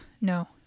no